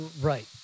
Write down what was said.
right